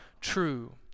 true